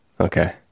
okay